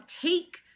take